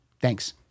Thanks